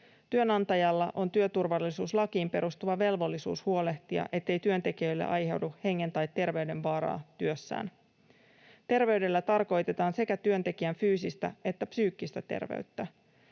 Työnantajalla on työturvallisuuslakiin perustuva velvollisuus huolehtia, ettei työntekijöille aiheudu hengen- tai terveydenvaaraa työssään. Terveydellä tarkoitetaan sekä työntekijän fyysistä että psyykkistä terveyttä.